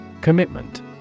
Commitment